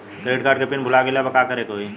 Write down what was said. Credit card के PIN भूल गईला पर का करे के होई?